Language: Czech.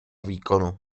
výkonu